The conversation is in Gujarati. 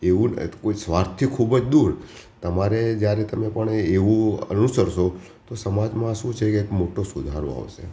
એવું અ કોઈ સ્વાર્થથી ખૂબ જ દૂર તમારે જ્યારે તમે પણ એવું અનુસરશો તો સમાજમાં શું છે કે એક મોટો સુધારો આવશે